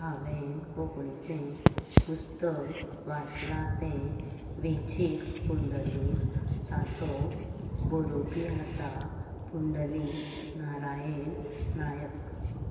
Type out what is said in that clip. हांवेन कोंकणीचे पुस्तक वाचला तें वेंचीक पुंडलीक ताचो बरोवपी आसा पुंडलीक नारायण नायक